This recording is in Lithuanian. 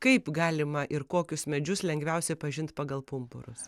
kaip galima ir kokius medžius lengviausia pažinti pagal pumpurus